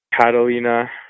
Catalina